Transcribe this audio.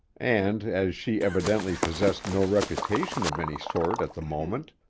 and, as she evidently possessed no reputation of any sort at the moment,